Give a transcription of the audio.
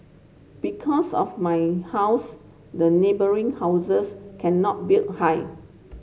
because of my house the neighbouring houses cannot build high